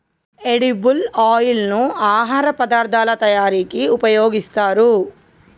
edible oil ను ఆహార పదార్ధాల తయారీకి ఉపయోగిస్తారు